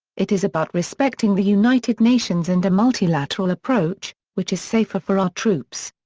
it is about respecting the united nations and a multilateral approach, which is safer for our troops.